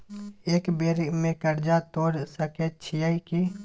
एक बेर में कर्जा तोर सके छियै की?